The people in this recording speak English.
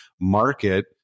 market